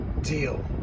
deal